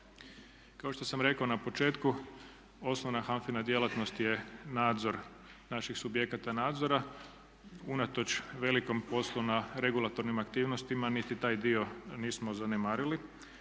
Kao što sam rekao na početku osnovna HANFA-ina djelatnost je nadzor naših subjekata nadzora. Unatoč velikom poslu na regulatornim aktivnostima niti taj dio nismo zanemarili.